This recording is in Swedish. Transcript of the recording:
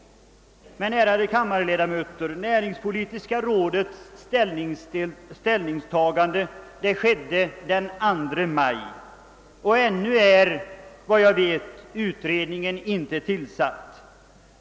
Men, ärade kammarledamöter, näringspolitiska rådets ställningstagande gjordes den 2 maj, och såvitt jag vet är utredningen ännu inte tillsatt.